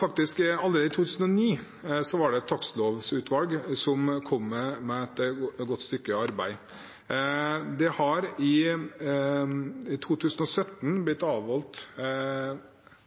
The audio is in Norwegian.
Faktisk var det allerede i 2009 et takstlovutvalg som kom med et godt stykke arbeid. I november 2017 ble lovforslaget sendt på en ny, begrenset høringsrunde med høringsfrist 15. januar. Det kom i